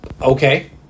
Okay